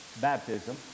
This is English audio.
baptism